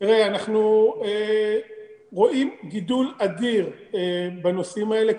אנחנו רואים גידול אדיר בנושאים האלה.